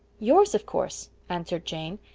yours, of course, answered jane.